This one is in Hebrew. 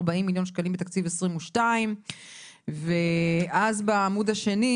40 מיליון שקלים מתקציב 2022". ואז בעמוד השני,